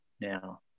now